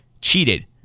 cheated